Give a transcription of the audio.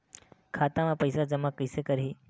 खाता म पईसा जमा कइसे करही?